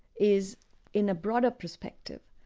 is in a broader perspective,